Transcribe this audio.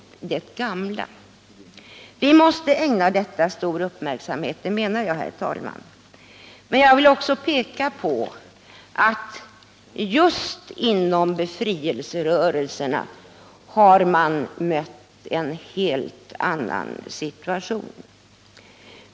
Jag menar, herr talman, att vi måste ägna detta stor uppmärksamhet. Men jag vill också peka på att man just inom befrielserörelserna har mött en helt annan situation.